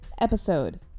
episode